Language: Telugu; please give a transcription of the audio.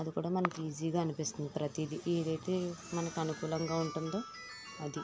అదికూడా మనకి ఈజీగా అనిపిస్తుంది ప్రతీది ఏదైతే మనకి అనుకూలంగా ఉంటుందో అది